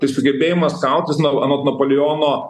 tai sugebėjimas kautis na anot napoleono